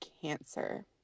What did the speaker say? cancer